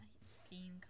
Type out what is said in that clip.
steam